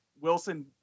Wilson